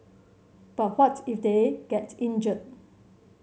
but what if they get injured